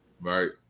Right